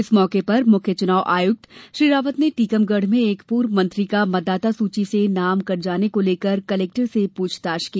इस मौके पर मुख्य चुनाव आयुक्त श्री रावत ने टीकमगढ़ में एक पूर्व मंत्री का मतदाता सूची से नाम कट जाने को लेकर कलेक्टर से पूछताछ की